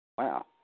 Wow